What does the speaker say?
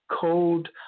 cold